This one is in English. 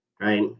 right